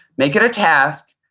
make it a task,